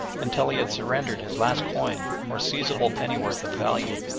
until he had surrendered his last coin or seizable pennyworth of value.